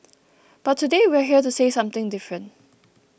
but today we're here to say something different